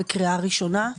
קריאה ראשונה.